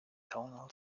tonal